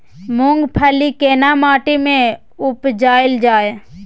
मूंगफली केना माटी में उपजायल जाय?